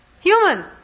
Human